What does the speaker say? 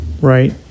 right